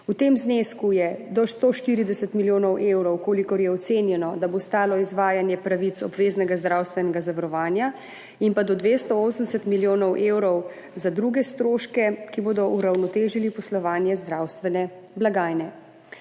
V tem znesku je do 140 milijonov evrov, kolikor je ocenjeno, da bo stalo izvajanje pravic obveznega zdravstvenega zavarovanja, in pa do 280 milijonov evrov za druge stroške, ki bodo uravnotežili poslovanje zdravstvene blagajne.